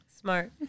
Smart